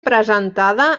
presentada